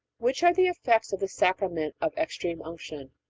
which are the effects of the sacrament of extreme unction?